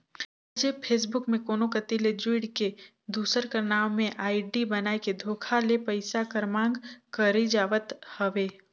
आएज फेसबुक में कोनो कती ले जुइड़ के, दूसर कर नांव में आईडी बनाए के धोखा ले पइसा कर मांग करई जावत हवे